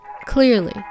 Clearly